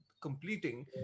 completing